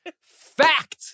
Fact